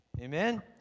Amen